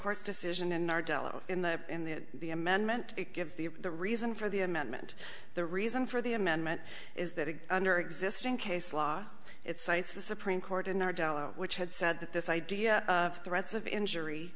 court's decision in our dello in the in that the amendment gives the the reason for the amendment the reason for the amendment is that it under existing case law it cites the supreme court in our dollar which had said that this idea of the rights of injury